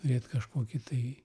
turėt kažkokį tai